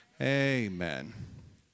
Amen